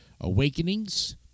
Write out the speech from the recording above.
Awakenings